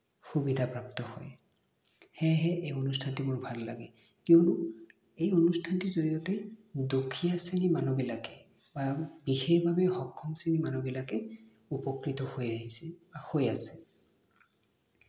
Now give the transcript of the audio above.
সুবিধা প্ৰাপ্ত হয় সেয়েহে এই অনুষ্ঠানটো মোৰ ভাল লাগে কিয়নো এই অনুষ্ঠানটিৰ জড়িয়তে দুখীয়া শ্ৰেণীৰ মানুহবিলাকে বা বিশেষভাৱে সক্ষম শ্ৰেণীৰ মানুহবিলাকে উপকৃত হৈ আহিছে বা হৈ আছে